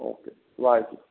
okay Waheguru